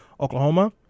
Oklahoma